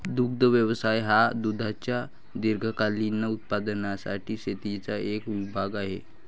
दुग्ध व्यवसाय हा दुधाच्या दीर्घकालीन उत्पादनासाठी शेतीचा एक विभाग आहे